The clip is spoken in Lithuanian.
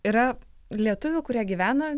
yra lietuvių kurie gyvena